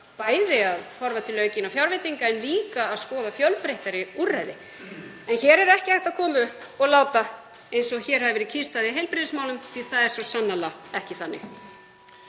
bæði að horfa til aukinna fjárveitinga en líka að skoða fjölbreyttari úrræði. En það er ekki hægt að koma upp og láta eins og hér hafi verið kyrrstaða í heilbrigðismálum því að það er svo sannarlega ekki þannig.